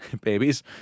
babies